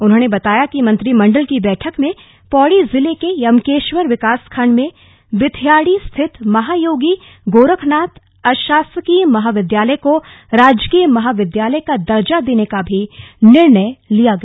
उन्होंने बताया कि मंत्रिमण्डल की बैठक में पौड़ी जिले के यमकेश्वर विकासखंड में बिथ्याड़ी स्थित महायोगी गोरखनाथ अशासकीय महाविद्यालय को राजकीय महाविद्यालय का दर्जा देने का भी निर्णय लिया गया